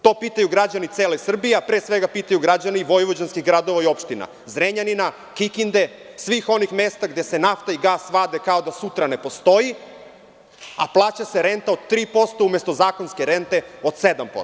To pitaju građani cele Srbije, a pre svega pitaju građani vojvođanskih gradova i opština Zrenjanina, Kikinde, svih onih mesta gde se nafta i gas vade kao da sutra ne postoji, a plaća se renta od 3% umesto zakonske rente od 7%